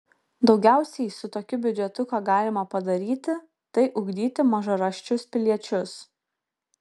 daugiausiai su tokiu biudžetu ką galima padaryti tai ugdyti mažaraščius piliečius